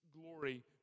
glory